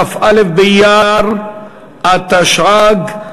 כ"א באייר התשע"ג,